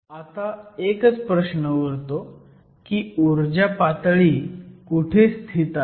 आता एकच प्रश्न उरतो की ऊर्जा पातळी कुठे स्थित आहेत